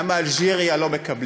למה יוצאי אלג'יריה לא מקבלים,